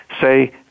say